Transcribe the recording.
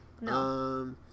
No